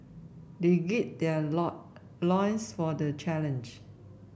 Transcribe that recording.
they gird their loin loins for the challenge